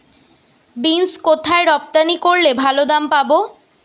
Beans কোথায় রপ্তানি করলে ভালো দাম পাব?